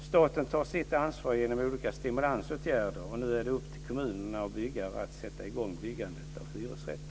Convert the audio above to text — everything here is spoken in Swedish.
Staten tar sitt ansvar genom olika stimulansåtgärder, och nu är det upp till kommuner och byggare att sätta i gång byggandet av hyresrätter.